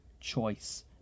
choice